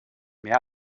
mehr